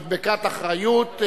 (מדבקת אחריות),